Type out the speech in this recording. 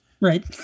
right